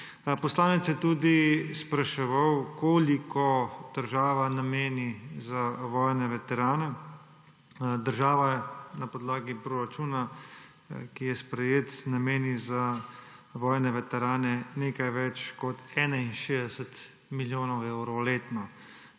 Poslanec je tudi spraševal, koliko država nameni za vojne veterane. Država na podlagi proračuna, ki je sprejet, nameni za vojne veterane nekaj več kot 61 milijonov evrov letno.